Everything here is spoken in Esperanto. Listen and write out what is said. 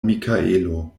mikaelo